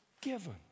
given